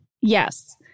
Yes